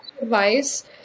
advice